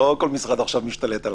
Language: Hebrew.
לא כל משרד עכשיו משתלט עליו...